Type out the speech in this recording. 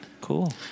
Cool